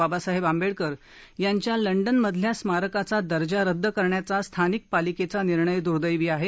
बाबासाहेब आंबेडकर यांच्या लंडनमधल्या स्मारकाचा दर्जा रदद करण्याचा स्थानिक पालिकेचा निर्णय दर्दैवी आहे